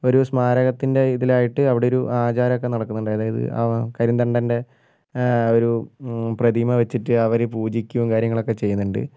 ഒരു സ്മാരകത്തിൻ്റെ ഇതിലായിട്ട് അവിടെ ഒരു ആചാരമൊക്കെ നടക്കുന്നുണ്ടായിരുന്നു അതായത് കരിന്തണ്ടൻ്റെ ഒരു പ്രതിമ വെച്ചിട്ട് അവർ പൂജിക്കുകയും കാര്യങ്ങളൊക്കെ ചെയ്യുന്നുണ്ട്